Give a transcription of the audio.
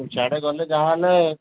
ସିଆଡ଼େ ଗଲେ ଯାହା ହେଲେ